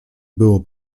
było